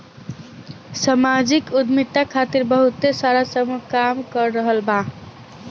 सामाजिक उद्यमिता खातिर बहुते सारा समूह काम कर रहल बा